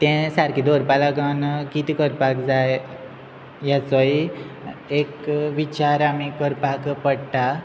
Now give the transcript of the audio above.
ते सारकें दवरपा लागून कितें करपाक जाय हेचोय एक विचार आमी करपाक पडटा